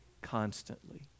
constantly